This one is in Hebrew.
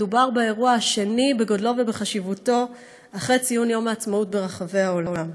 מדובר באירוע השני בגודלו ובחשיבותו אחרי ציון יום העצמאות ברחבי העולם.